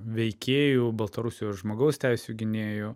veikėjų baltarusijos žmogaus teisių gynėjų